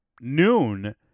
noon